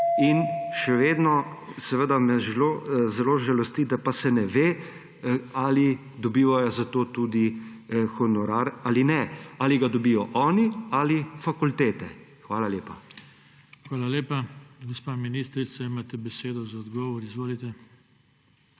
Še vedno seveda me zelo žalosti, da pa se ne ve: Ali dobivajo za to tudi honorar ali ne, ali ga dobijo oni ali fakultete? Hvala lepa. PODPREDSEDNIK JOŽE TANKO: Hvala lepa. Gospa ministrica, imate besedo za odgovor. Izvolite.